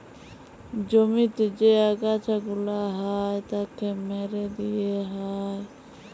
জমিতে যে আগাছা গুলা হ্যয় তাকে মেরে দিয়ে হ্য়য়